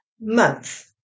month